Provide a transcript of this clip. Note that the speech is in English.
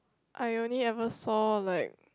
I only ever saw like